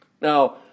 Now